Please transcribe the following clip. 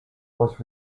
was